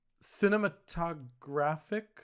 Cinematographic